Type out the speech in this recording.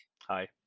Hi